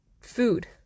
Food